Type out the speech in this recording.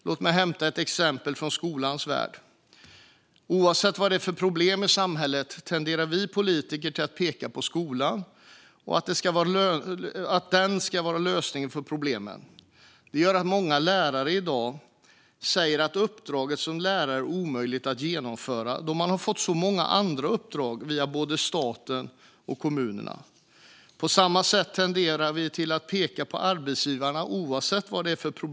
Låt mig hämta ett exempel från skolans värld. Oavsett vad det är för problem i samhället tenderar vi politiker att peka på skolan. Den ska vara lösningen på problemen. Det gör att många lärare i dag säger att uppdraget som lärare är omöjligt att genomföra, då man har fått så många andra uppdrag via både staten och kommunerna. På samma sätt tenderar vi att peka på arbetsgivarna oavsett vad problemet är.